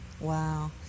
Wow